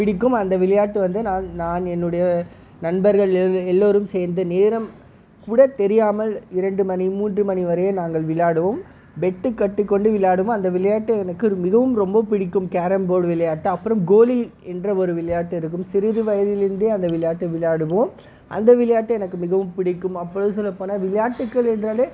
பிடிக்கும் அந்த விளையாட்டு வந்து நான் நான் என்னுடைய நண்பர்கள் எல் எல்லோரும் சேர்ந்து நேரம் கூடத் தெரியாமல் இரண்டு மணி மூன்று வரையும் நாங்கள் விளையாடுவோம் பெட்டு கட்டிக் கொண்டு விளையாடுவோம் அந்த விளையாட்டு எனக்கு மிகவும் ரொம்பப் பிடிக்கும் கேரம் போர்டு விளையாட்டு அப்புறம் கோலி என்ற ஒரு விளையாட்டு இருக்கும் சிறிது வயதிலிருந்தே அந்த விளையாட்டு விளையாடுவோம் அந்த விளையாட்டு எனக்கு மிகவும் பிடிக்கும் அப்பொழுது சொல்லப்போனால் விளையாட்டுக்கள் என்றாலே